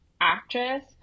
actress